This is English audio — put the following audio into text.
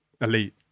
elite